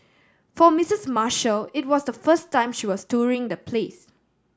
for Missus Marshall it was the first time she was touring the place